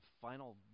final